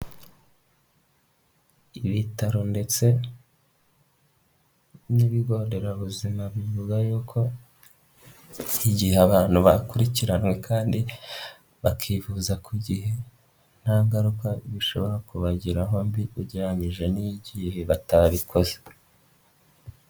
Ibitaro ndetse n'ibigo nderabuzima bivuga yuko igihe abantu bakurikiranywe kandi bakivuza ku gihe nta ngaruka bishobora kubagiraho mbi ugereranyije n'igihe batabikoze.